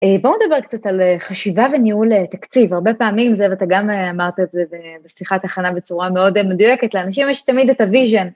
בואו נדבר קצת על חשיבה וניהול תקציב, הרבה פעמים זה ואתה גם אמרת את זה בשיחת הכנה בצורה מאוד מדויקת, לאנשים יש תמיד את הויז'ן.